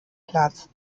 platz